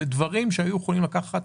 אלה דברים שהיו יכולים לקחת